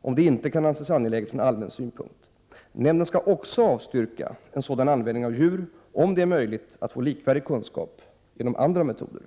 om det inte kan anses angeläget från allmän synpunkt. Nämnden skall också avstyrka en sådan användning av djur, om det är möjligt att få likvärdig kunskap genom andra metoder.